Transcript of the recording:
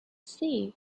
sea